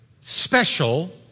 special